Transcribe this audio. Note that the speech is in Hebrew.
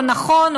או נכון,